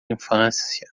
infância